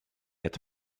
had